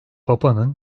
papanın